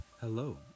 Hello